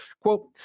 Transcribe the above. Quote